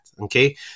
okay